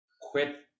quit